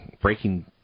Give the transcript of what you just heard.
Breaking